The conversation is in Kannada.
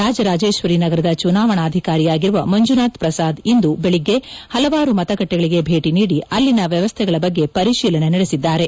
ರಾಜರಾಜೇಶ್ವರಿ ನಗರದ ಚುನಾವಣಾಧಿಕಾರಿಯಾಗಿರುವ ಮಂಜುನಾಥ್ ಪ್ರಸಾದ್ ಇಂದು ಬೆಳಿಗ್ಗೆ ಹಲವಾರು ಮತಗಟ್ಟೆಗಳಿಗೆ ಭೇಟಿ ನೀಡಿ ಅಲ್ಲಿನ ವ್ಯವಸ್ಥೆಗಳ ಬಗ್ಗೆ ಪರಿಶೀಲನೆ ನಡೆಸಿದ್ದಾರೆ